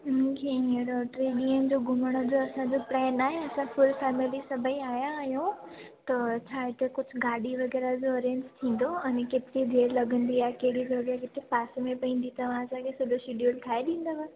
ईअं कि हींअर टे ॾींहंनि जो घुमण जो सॼो प्लैन आहे असां फुल फैमिली सभईं आया आहियूं त हो छाहे कुझु गाॾी वग़ैरह जो अरेंज थींदो आहिनि केतिरी देरि लॻंदी आहे कहिड़ी जॻहि उते पासे में पवंदी तव्हां असांखे सॼो शेड्युल ठाहे ॾींदव